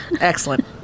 Excellent